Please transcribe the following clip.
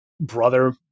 brother